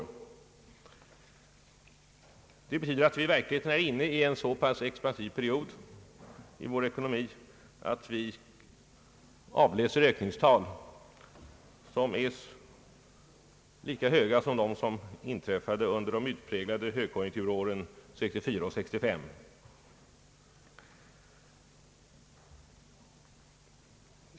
Detta betyder att vi är inne 1 en så pass expansiv period i vår ekonomi att vi kan avläsa ökningstal som är lika höga som de vilka uppnåddes under de utpräglade högkonjunkturerna 1964 och 1965.